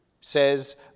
says